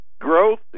growth